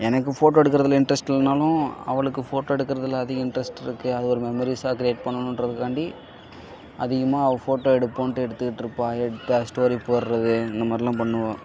எனக்கு ஃபோட்டோ எடுக்கிறதுல இன்ட்ரஸ்ட் இல்லைன்னாலும் அவளுக்கு ஃபோட்டோ எடுக்கிறதுல அதிகம் இன்ட்ரஸ்ட் இருக்குது அது ஒரு மெமரீஸ்ஸா க்ரியேட் பண்ணணுன்றதுக்காண்டி அதிகமாக அவள் ஃபோட்டோ எடுப்போன்ட்டு எடுத்துக்கிட்டுருப்பாள் எடுத்து அதை ஸ்டோரி போடறது இந்த மாதிரிலாம் பண்ணுவாள்